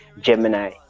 Gemini